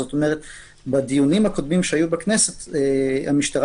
כלומר בדיונים הקודמים שהיו בכנסת המשטרה